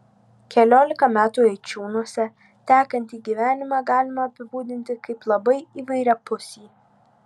keliolika metų eičiūnuose tekantį gyvenimą galima apibūdinti kaip labai įvairiapusį